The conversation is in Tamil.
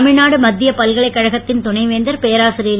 தமிழ்நாடு மத்திய பல்கலைக்கழகத்தின் துணைவேந்தர் பேராசிரியர்